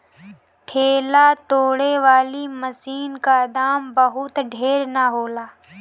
ढेला तोड़े वाली मशीन क दाम बहुत ढेर ना होला